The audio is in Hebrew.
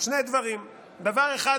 שני דברים: דבר אחד,